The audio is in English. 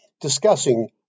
discussing